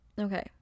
Okay